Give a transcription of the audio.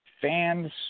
fans